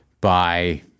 by-